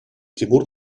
тимур